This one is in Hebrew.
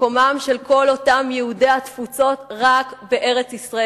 מקומם של כל אותם יהודי התפוצות רק בארץ-ישראל.